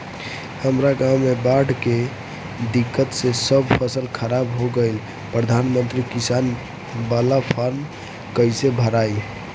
हमरा गांव मे बॉढ़ के दिक्कत से सब फसल खराब हो गईल प्रधानमंत्री किसान बाला फर्म कैसे भड़ाई?